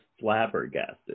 flabbergasted